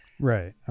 right